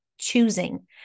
choosing